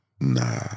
nah